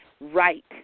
right